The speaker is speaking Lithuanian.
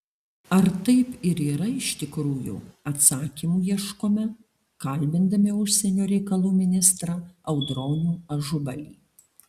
ar taip ir yra iš tikrųjų atsakymų ieškome kalbindami užsienio reikalų ministrą audronių ažubalį